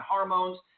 Hormones